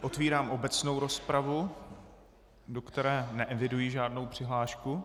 Otevírám obecnou rozpravu, do které neeviduji žádnou přihlášku.